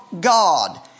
God